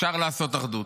אפשר לעשות אחדות.